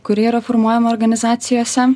kuri yra formuojama organizacijose